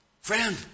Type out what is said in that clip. Friend